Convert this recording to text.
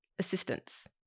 Assistance